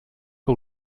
que